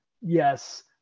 Yes